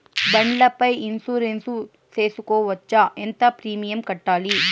బండ్ల పై ఇన్సూరెన్సు సేసుకోవచ్చా? ఎంత ప్రీమియం కట్టాలి?